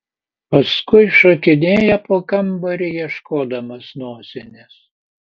paskui šokinėja po kambarį ieškodamas nosinės